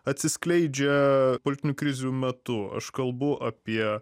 atsiskleidžia politinių krizių metu aš kalbu apie